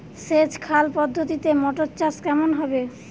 সেচ খাল পদ্ধতিতে মটর চাষ কেমন হবে?